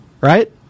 Right